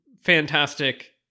fantastic